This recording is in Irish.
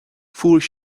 fuair